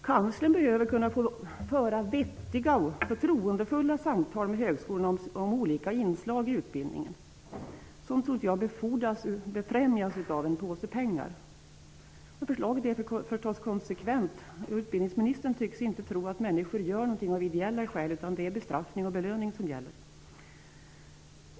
Kanslern behöver kunna föra vettiga och förtroendefulla samtal med högskolorna om olika inslag i utbildningen. Sådant tror jag inte befrämjas av en påse pengar. Men förslaget är förstås konsekvent. Utbildningsministern tycks inte tro att människor gör någonting av ideella skäl, utan det är bestraffning och belöning som gäller.